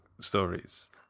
stories